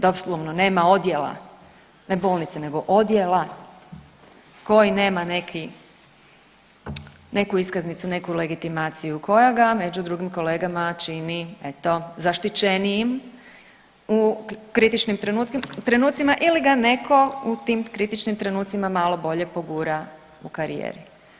Doslovno nema odjela, ne bolnice, nego odjela koji nema neki, neku iskaznicu, neku legitimaciju koja ga među drugim kolegama čini, eto, zaštićenijim u kritičnim trenucima ili ga netko u tim kritičnim trenucima malo bolje pogura u karijeri.